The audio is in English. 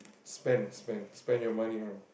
spend spend spend your money on